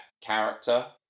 character